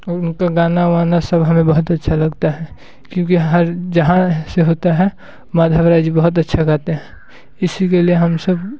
और उनका गाना वाना सब हमें बहुत अच्छा लगता है क्योंकि हर जहाँ से होता है माधव राय जी बहुत अच्छा गाते हैं इसी के लिए हम सब